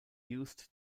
used